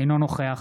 אינו נוכח